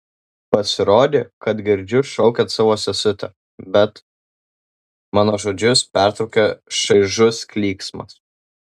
pasirodė kad girdžiu šaukiant savo sesutę bet mano žodžius pertraukia šaižus klyksmas